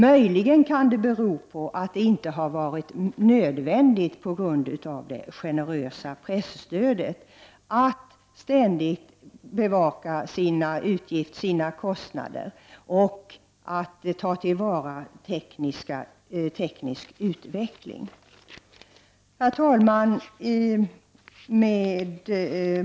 Möjligen kan det bero på att det inte har varit nödvändigt på grund av det generösa presstödet att ständigt bevaka sina kostnader och att ta till vara teknisk utveckling.” Herr talman!